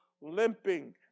limping